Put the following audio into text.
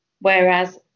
whereas